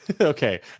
Okay